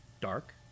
Dark